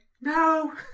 no